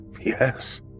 yes